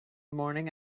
morning